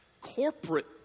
corporate